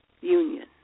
union